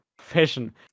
fashion